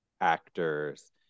actors